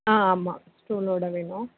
ஆ ஆமாம் ஸ்டூலோடு வேணும்